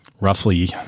roughly